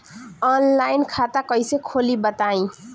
Online खाता कइसे खोली बताई?